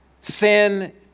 Sin